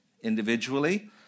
individually